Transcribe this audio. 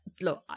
Look